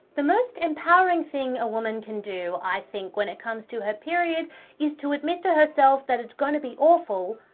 the most empowering thing a woman can do, i think, when it comes her period is to admit to herself that it's gonna be awful,